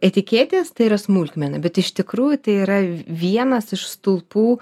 etiketės tai yra smulkmena bet iš tikrųjų tai yra vienas iš stulpų